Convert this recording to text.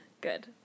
Good